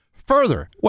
further